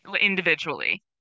individually